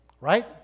Right